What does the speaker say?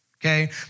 Okay